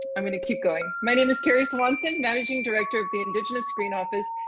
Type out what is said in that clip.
i'm going to keep going. my name is kerry swanson, managing director of the indigenous screen office,